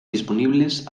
disponibles